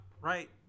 right